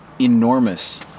enormous